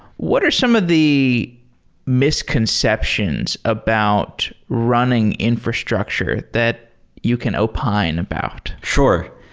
what are some of the misconceptions about running infrastructure that you can opine about? sure.